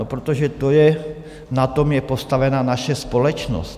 No protože na tom je postavena naše společnost.